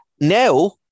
Now